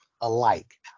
alike